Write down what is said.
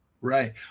right